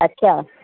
अच्छा